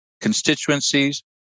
constituencies